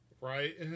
Right